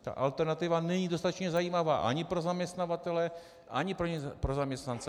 Ta alternativa není dostatečně zajímavá ani pro zaměstnavatele, ani pro zaměstnance.